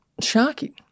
Shocking